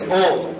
old